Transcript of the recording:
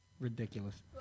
ridiculous